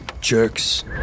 jerks